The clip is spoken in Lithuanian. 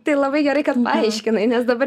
tai labai gerai kad paaiškinai nes dabar